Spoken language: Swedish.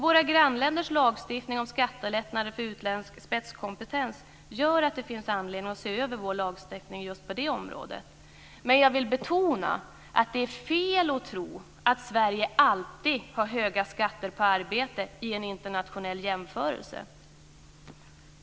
Våra grannländers lagstiftning om skattelättnader för utländsk spetskompetens gör att det finns anledning att se över vår lagstiftning just på det området. Men jag vill betona att det är fel att tro att Sverige alltid har höga skatter på arbete i en internationell jämförelse.